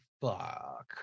fuck